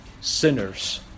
sinners